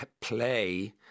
play